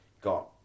got